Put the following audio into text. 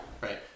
right